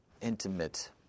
intimate